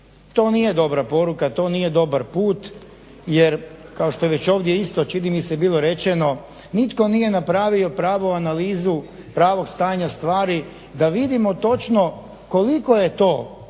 To nije dobra poruka, to nije dobar put, jer kao što je već ovdje isto čini mi se bilo rečeno nitko nije napravio pravu analizu pravog stanja stvari da vidimo točno koliko je to